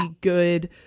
good